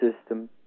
system